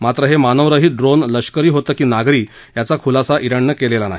मात्र हे मानवरहित ड्रोन लष्करी होतं की नागरी याचा खुलासा जिणनं केलेला नाही